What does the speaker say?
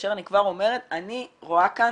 כאשר אני כבר אומרת, אני רואה כאן